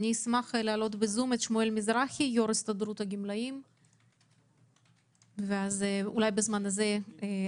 את שמואל מזרחי, יושב-ראש הסתדרות הגמלאים, בבקשה.